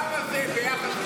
כמה זה ביחס,